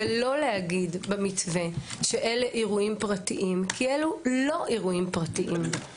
ולא להגיד במתווה שאלו הם אירועים פרטיים כי אלו לא אירועים פרטיים.